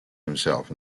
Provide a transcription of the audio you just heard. himself